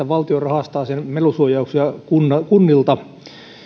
valtio rahastaa sen melusuojauksia kunnilta kunnilta